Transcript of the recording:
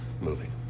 moving